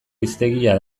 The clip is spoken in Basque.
hiztegia